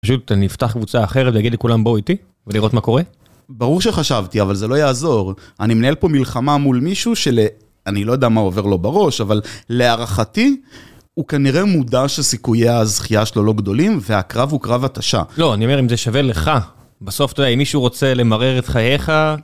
פשוט אני אפתח קבוצה אחרת ואגיד לכולם בואו איתי ולראות מה קורה? ברור שחשבתי, אבל זה לא יעזור. אני מנהל פה מלחמה מול מישהו של... אני לא יודע מה עובר לו בראש, אבל להערכתי, הוא כנראה מודע שסיכויי הזכייה שלו לא גדולים, והקרב הוא קרב התשה. לא, אני אומר, אם זה שווה לך, בסוף אתה יודע, אם מישהו רוצה למרר את חייך...